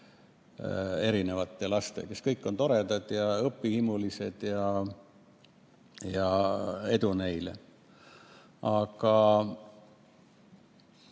suunamine, kes kõik on toredad ja õpihimulised ja edu neile. Aga